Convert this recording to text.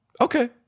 Okay